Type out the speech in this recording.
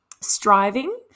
striving